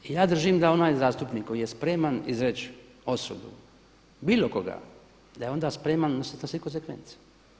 Ja držim da onaj zastupnik koji je spreman izreći osudu bilo koga da je onda spreman na sve konzekvence.